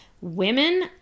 Women